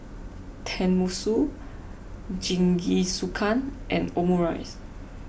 Tenmusu Jingisukan and Omurice